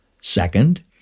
Second